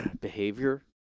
behavior